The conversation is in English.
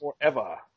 Forever